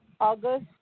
August